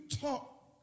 talk